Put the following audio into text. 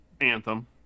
Anthem